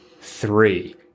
three